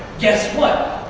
guess what?